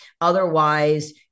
Otherwise